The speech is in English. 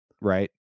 Right